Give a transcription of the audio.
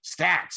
stats